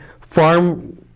farm